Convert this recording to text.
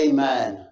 Amen